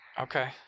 Okay